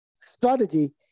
strategy